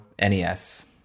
NES